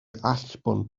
allbwn